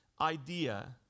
idea